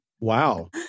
Wow